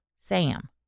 Sam